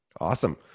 Awesome